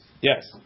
yes